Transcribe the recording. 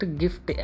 gift